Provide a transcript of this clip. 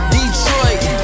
Detroit